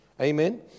Amen